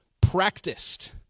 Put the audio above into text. practiced